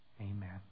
Amen